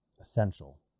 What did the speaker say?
essential